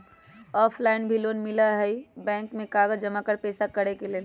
Offline भी loan मिलहई bank में कागज जमाकर पेशा करेके लेल?